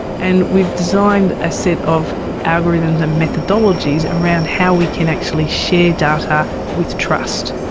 and we've designed a set of algorithms and methodologies around how we can actually share data with trust.